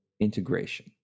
integration